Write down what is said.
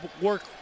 work